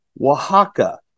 Oaxaca